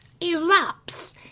Erupts